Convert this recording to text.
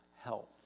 health